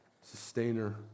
sustainer